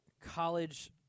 college